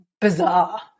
bizarre